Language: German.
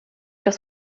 das